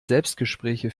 selbstgespräche